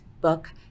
book